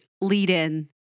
lead-in